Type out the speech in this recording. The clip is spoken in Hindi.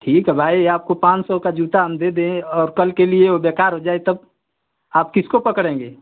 ठीक है भाई आपको पाँच सौ का जूता हम दे दें और कल के लिए वो बेकार हो जाए तब आप किसको पकड़ेंगे